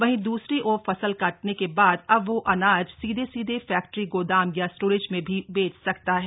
वहीं दूसरी ओर फसल कटने के बाद अब वहां अनाज सीधे सीधे फैक्ट्री गोदाम या स्टोरेज में भी बेच सकता है